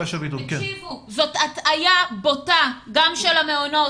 תקשיבו, זו הטעיה בוטה, גם של המעונות.